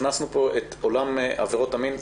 והכנסנו לפה את עולם עבירות המין.